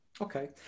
Okay